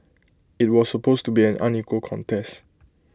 IT was supposed to be an unequal contest